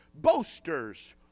boasters